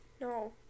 No